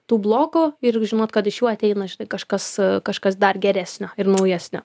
tų blokų ir žinot kad iš jų ateina žinai kažkas kažkas dar geresnio ir naujesnio